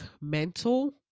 mental